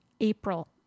April